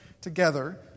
together